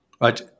Right